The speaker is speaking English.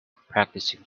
practicing